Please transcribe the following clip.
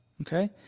okay